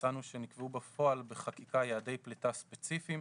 מצאנו שנקבעו בפועל בחקיקה יעדי פליטה ספציפיים,